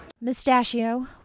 mustachio